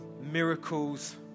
miracles